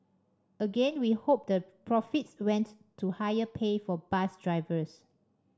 again we hope the profits went to higher pay for bus drivers